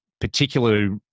particularly